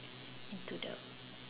into the